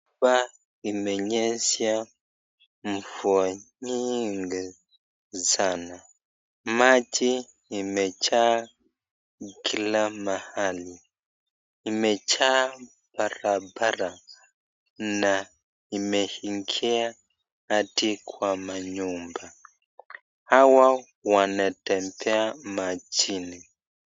Hapa imenyesha mvua nyingi sanaa. Maji imejaa kila mahali. Imejaa barabara na imeingia hadi kwa manyumba. Hawa wanatembea majini.